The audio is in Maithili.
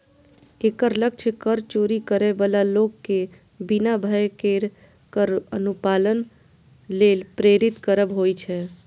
एकर लक्ष्य कर चोरी करै बला लोक कें बिना भय केर कर अनुपालन लेल प्रेरित करब होइ छै